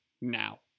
now